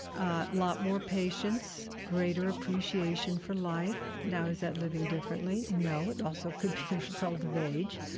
a lot more patience, greater appreciation for life. now, is that living differently? no, it also could be a result of age.